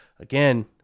Again